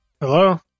Hello